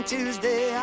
Tuesday